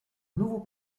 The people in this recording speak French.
nouveau